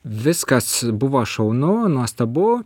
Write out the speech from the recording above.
viskas buvo šaunu nuostabu